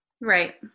right